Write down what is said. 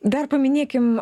dar paminėkim